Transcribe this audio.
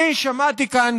אני שמעתי כאן,